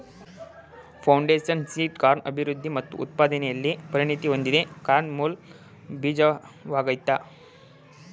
foundation seed corn ಅಭಿವೃದ್ಧಿ ಮತ್ತು ಉತ್ಪಾದನೆಲಿ ಪರಿಣತಿ ಹೊಂದಿದೆ ಕಾರ್ನ್ ಮೂಲ ಬೀಜವಾಗಯ್ತೆ